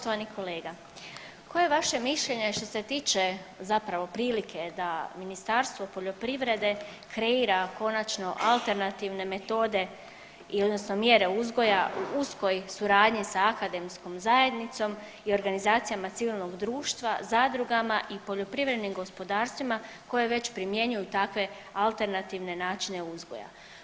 Poštovani kolega koje je vaše mišljenje što se tiče zapravo prilike da Ministarstvo poljoprivrede kreira konačno alternativne metode, odnosno mjere uzgoja u uskoj suradnji sa akademskom zajednicom i organizacijama civilnog društva, zadrugama i poljoprivrednim gospodarstvima koje već primjenjuju takve alternativne načine uzgoja.